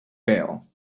bail